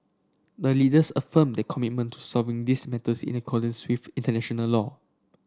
the leaders affirmed their commitment to resolving this matters in accordance with international law